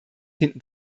hinten